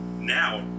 now